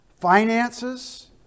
Finances